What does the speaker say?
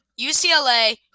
UCLA